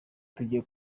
tugiye